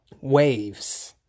waves